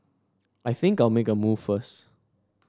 I think I'll make a move first